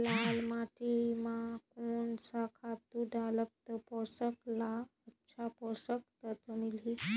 लाल माटी मां कोन सा खातु डालब ता पौध ला अच्छा पोषक तत्व मिलही?